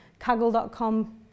Kaggle.com